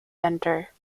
centre